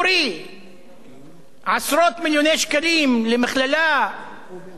עשרות מיליוני שקלים למכללה בשטח כבוש,